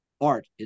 art